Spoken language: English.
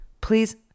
please